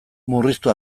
murriztu